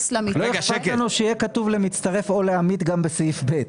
ולא אכפת לנו שיהיה כתוב למצטרף או לעמית גם בסעיף (ב),